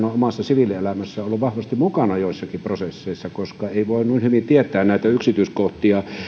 on omassa siviilielämässään ollut vahvasti mukana joissakin prosesseissa koska ei voi muuten noin hyvin tietää näitä yksityiskohtia